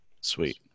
Sweet